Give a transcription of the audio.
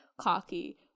cocky